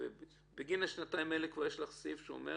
ובגין השנתיים האלה כבר יש סעיף שאומר